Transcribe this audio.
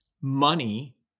money